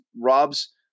Rob's